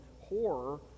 horror